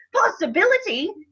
possibility